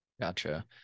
Gotcha